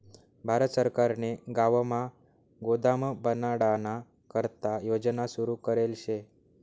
भारत सरकारने गावमा गोदाम बनाडाना करता योजना सुरू करेल शे